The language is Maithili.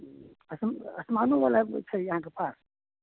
आयुष्मान आयुष्मानोवला छै अहाँके पास